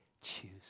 choose